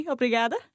Obrigada